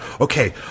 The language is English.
okay